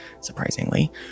surprisingly